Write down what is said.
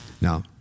Now